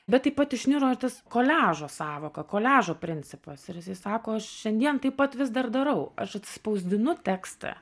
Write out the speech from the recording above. bet taip pat išniro ir tas koliažo sąvoka koliažo principas ir jisai sako aš šiandien taip pat vis dar darau aš atsispausdinu tekstą